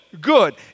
good